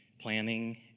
planning